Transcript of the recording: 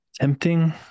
tempting